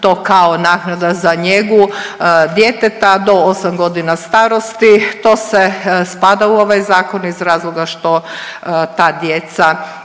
to kao naknada za njegu djeteta do 8 godina starosti. To se spada u ovaj zakon iz razloga što ta djeca